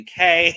UK